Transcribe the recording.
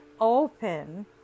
open